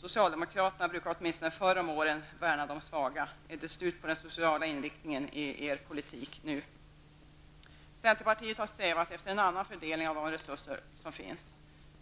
Socialdemokraterna brukade åtminstone förr om åren värna de svaga. Är det slut på den sociala inriktningen i deras politik nu? Centerpartiet har strävat efter en annan fördelning av de resurser som finns.